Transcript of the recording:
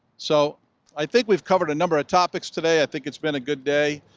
so i think we've covered a number of topics today. i think it's been a good day.